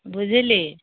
बुझली